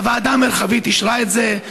הוועדה המרחבית אישרה את זה,